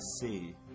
see